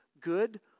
good